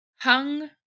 Hung